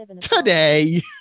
today